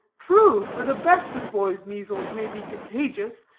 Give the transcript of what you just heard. true, for the best of boys' measles may be contagious,